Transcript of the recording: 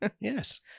Yes